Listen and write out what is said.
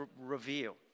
reveal